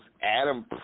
Adam